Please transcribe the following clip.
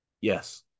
Yes